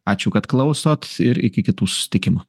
ačiū kad klausot ir iki kitų susitikimų